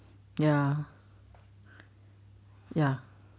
ya ya